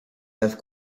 have